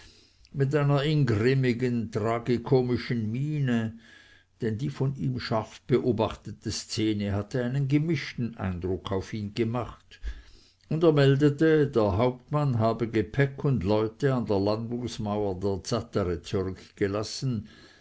mit einer ingrimmigen tragikomischen miene denn die von ihm scharf beobachtete szene hatte einen gemischten eindruck auf ihn gemacht und meldete der hauptmann habe gepäck und leute an der landungsmauer der zattere zurückgelassen